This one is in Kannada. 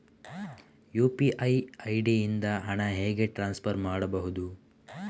ಯು.ಪಿ.ಐ ಐ.ಡಿ ಇಂದ ಹಣ ಹೇಗೆ ಟ್ರಾನ್ಸ್ಫರ್ ಮಾಡುದು?